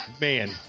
man